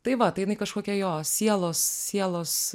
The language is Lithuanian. tai va tai jinai kažkokia jo sielos sielos